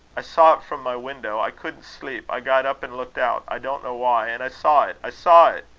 i saw it from my window. i couldn't sleep. i got up and looked out i don't know why and i saw it! i saw it!